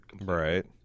right